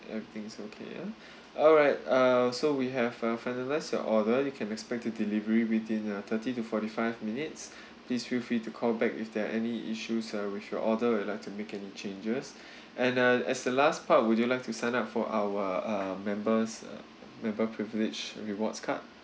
everything's okay ya alright uh so we have uh finalized your order you can expect the delivery within uh thirty to forty five minutes please feel free to call back if there are any issues uh with your order or you would like to make any changes and uh as the last part would you like to sign up for our uh members' member privilege rewards card